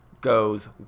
goes